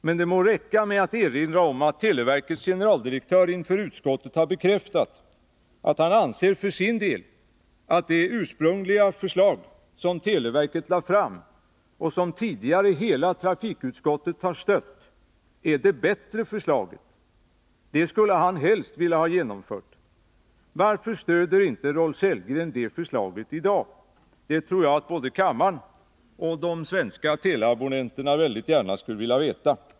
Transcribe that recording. Men det må räcka med att erinra omattteleverkets generaldirektör inför utskottet har bekräftat att han för sin del anser att det ursprungliga förslag som televerket lade fram och som tidigare hela trafikutskottet har stött är det bättre förslaget — det skulle han helst vilja ha genomfört. Varför stöder inte Rolf Sellgren det förslaget i dag? Det tror jag att både kammaren och de svenska teleabonnenterna väldigt gärna skulle vilja veta.